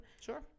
Sure